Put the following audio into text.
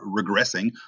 regressing